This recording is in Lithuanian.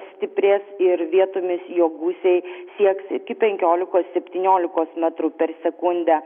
stiprės ir vietomis jo gūsiai sieks iki penkiolikos septyniolikos metrų per sekundę